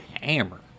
hammer